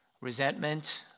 resentment